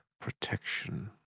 protection